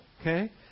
Okay